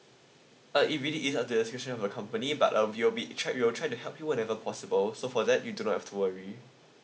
uh it really is up to the restriction of your company but um we'll be try we'll try to help you whenever possible so for that you do not have to worry